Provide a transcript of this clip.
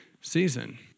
season